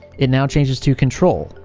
it now changes to control,